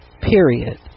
period